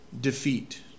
Defeat